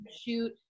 shoot